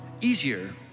easier